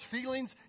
feelings